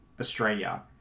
Australia